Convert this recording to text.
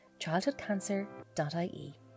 childhoodcancer.ie